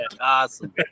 Awesome